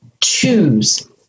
choose